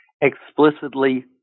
explicitly